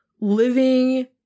living